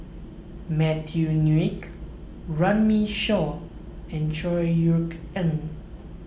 Matthew Ngui Runme Shaw and Chor Yeok Eng